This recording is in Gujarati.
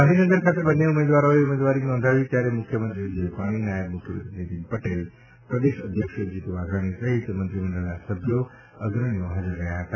ગાંધીનગર ખાતે બંને ઉમેદવારોએ ઉમેદવારી નોંધાવી ત્યારે મુખ્યમંત્રી વિજયરૂપાણી નાયબ મુખ્યમંત્રી નીતિન પટેલ પ્રદેશ અધ્યક્ષ જીતુ વાઘાણી સહિત મંત્રીમંડળના સભ્યો અગ્રણીઓ હાજર રહ્યા હતા